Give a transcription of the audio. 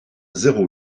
zéro